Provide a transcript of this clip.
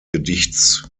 gedichts